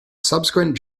subsequent